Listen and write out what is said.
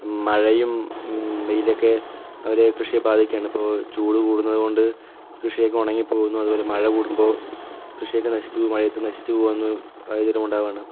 മഴയും വെയിലുമൊക്കെ അവർ കൃഷിയെ ബാധിക്കയാണ് ഇപ്പോൾ ചൂട് കൂടുന്നതുകൊണ്ട് കൃഷിയൊക്കെ ഉണങ്ങി പോകുന്നു അതുപോലെ മഴ കൂടുമ്പോൾ കൃഷിയൊക്കെ നശിച്ചു പോകും മഴയത്ത് നശിച്ചു പോകുന്നു സാഹചര്യം ഉണ്ടാകുകയാണ്